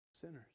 sinners